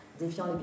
défiant